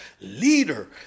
leader